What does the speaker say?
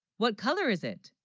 what color is it